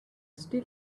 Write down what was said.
still